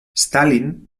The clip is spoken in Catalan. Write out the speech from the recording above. stalin